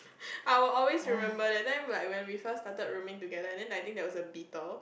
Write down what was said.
I will always remember that time like when we first started rooming together and then I think there was a beetle